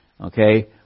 Okay